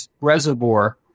reservoir